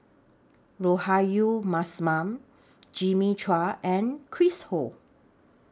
Rahayu Mahzam Jimmy Chua and Chris Ho